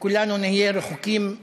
שכולנו נהיה רחוקים מאלימות,